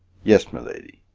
yes, my lady.